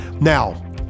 Now